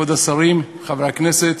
כבוד השרים, חברי כנסת,